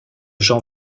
jean